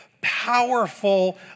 powerful